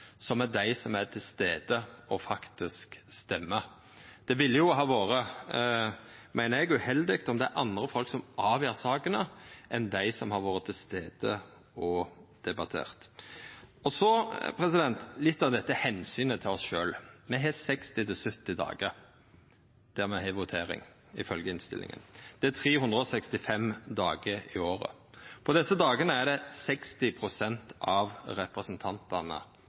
er nokolunde dei same folka som deltek i debatten, som er til stades og faktisk røyster. Det ville ha vore, meiner eg, uheldig om det er andre folk som avgjer sakene enn dei som har vore til stades og debattert dei. Så litt om dette omsynet til oss sjølve. Me har 60–70 dagar der me har votering, ifølgje innstillinga, og det er 365 dagar i året. På desse voteringsdagane er det 60 pst. av representantane